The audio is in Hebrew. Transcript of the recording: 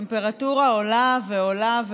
הטמפרטורה עולה ועולה ועולה,